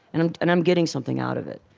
and i'm and i'm getting something out of it.